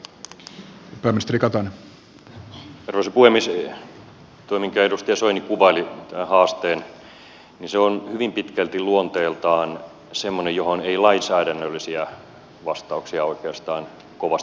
tämä haaste minkä edustaja soini kuvaili on hyvin pitkälti luonteeltaan semmoinen johon ei lainsäädännöllisiä vastauksia oikeastaan kovasti ole